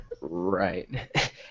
Right